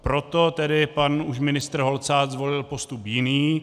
Proto tedy už pan ministr Holcát zvolil postup jiný.